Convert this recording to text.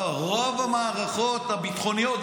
לא, הרוב המערכות הביטחוניות.